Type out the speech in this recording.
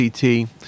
CT